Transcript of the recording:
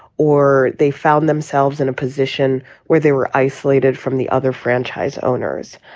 or they found themselves in a position where they were isolated from the other franchise owners.